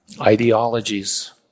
ideologies